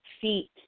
feet